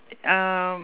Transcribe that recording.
um